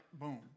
boom